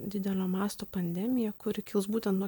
didelio masto pandemija kuri kils būten nuo